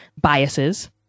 biases